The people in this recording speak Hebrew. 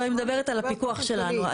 לא, היא מדברת על הפיקוח שלנו.